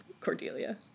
Cordelia